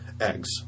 eggs